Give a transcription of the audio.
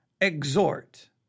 exhort